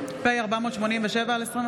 פ/487/25